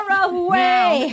away